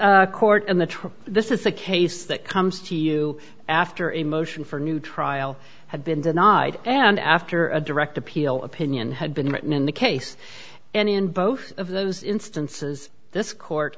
court in the truck this is the case that comes to you after a motion for new trial had been denied and after a direct appeal opinion had been written in the case and in both of those instances this court